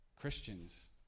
Christians